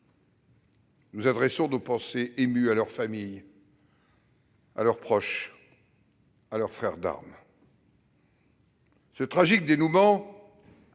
Nous adressons nos pensées émues à leurs familles, à leurs proches et à leurs frères d'armes. Ce tragique dénouement